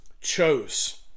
chose